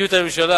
מדיניות הממשלה,